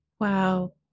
Wow